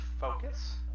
focus